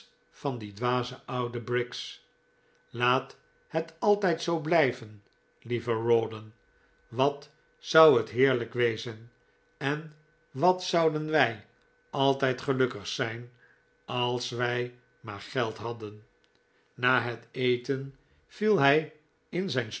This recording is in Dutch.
van die dwaze oude briggs laat het altijd zoo blijven lieve rawdon wat zou het heerlijk wezen en wat zouden wij altijd gelukkig zijn als wij maar het geld hadden na het eten viel hij in zijn